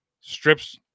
strips